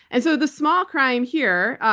and so the small crime here,